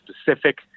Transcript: specific